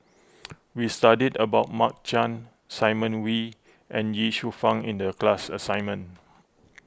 we studied about Mark Chan Simon Wee and Ye Shufang in the class assignment